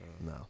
No